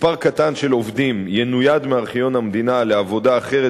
מספר קטן של עובדים ינויד מארכיון המדינה לעבודה אחרת